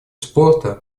спорта